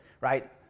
right